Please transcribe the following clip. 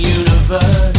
universe